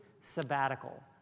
sabbatical